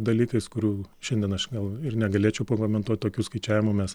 dalykais kurių šiandien aš gal ir negalėčiau pakomentuot tokių skaičiavimų mes